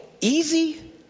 Easy